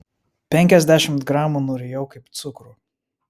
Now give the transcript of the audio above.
penkiasdešimt gramų nurijau kaip cukrų